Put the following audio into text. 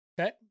Okay